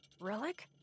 Relic